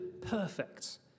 perfect